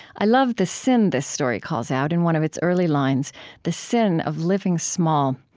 i love the sin this story calls out in one of its early lines the sin of living small,